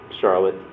Charlotte